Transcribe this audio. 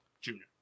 Junior